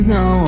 no